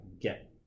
get